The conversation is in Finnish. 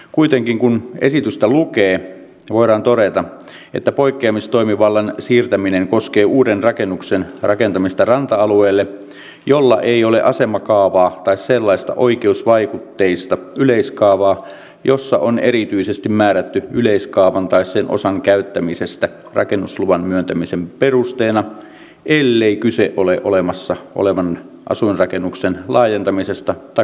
kuitenkin kun esitystä lukee voidaan todeta että poikkeamistoimivallan siirtäminen koskee uuden rakennuksen rakentamista ranta alueelle jolla ei ole asemakaavaa tai sellaista oikeusvaikutteista yleiskaavaa jossa on erityisesti määrätty yleiskaavan tai sen osan käyttämisestä rakennusluvan myöntämisen perusteena ellei kyse ole olemassa olevan asuinrakennuksen laajentamisesta tai korvaamisesta